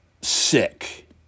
sick